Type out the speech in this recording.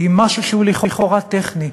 עם משהו שהוא לכאורה טכני: